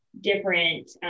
different